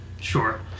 sure